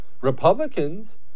Republicans